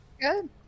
good